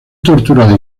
torturada